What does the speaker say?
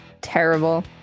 Terrible